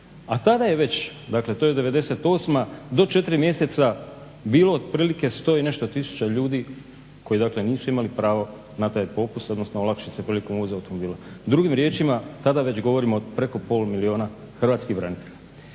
a tada je već, dakle to je '98. do 4 mjeseca bilo otprilike 100 i nešto tisuća ljudi koji dakle nisu imali pravo na taj popust, odnosno olakšice prilikom uvoza automobila. Drugim riječima, tada već govorimo o preko pola milijuna hrvatskih branitelja.